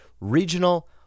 regional